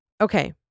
Okay